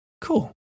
Cool